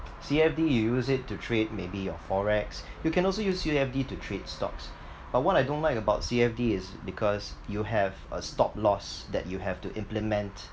C_F_D you use it to trade maybe your FOREX you can also use C_F_D to trade stocks but what I don't like about C_F_D is because you have a stop-loss that you have to implement